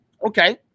Okay